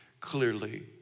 clearly